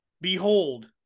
Behold